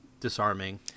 disarming